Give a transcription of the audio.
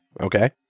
Okay